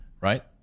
right